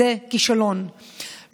זה כישלון,